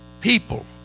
People